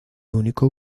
único